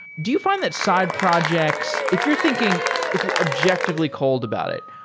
do you find that side projects, if you're thinking if you're objectively called about it,